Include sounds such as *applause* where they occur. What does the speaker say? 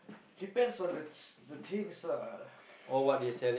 depends on the the things ah *breath*